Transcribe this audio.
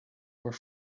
were